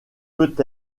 peut